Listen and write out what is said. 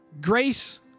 Grace